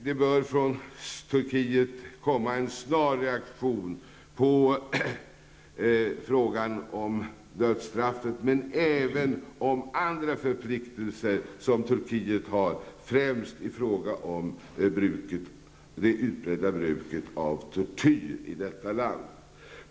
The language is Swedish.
Det bör från Turkiet komma en snar reaktion på frågan om dödsstraffet men även om andra förpliktelser som Turkiet har, främst i fråga om det utbredda bruket av tortyr i detta land.